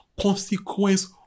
consequence